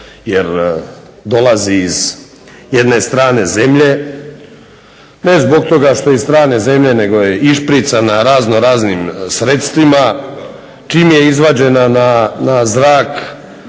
jer dolazi iz jedne strane zemlje. Ne zbog toga što je iz strane zemlje nego je išpricana razno raznim sredstvima čim je izvađena na zrak,